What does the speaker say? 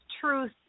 truth